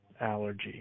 allergy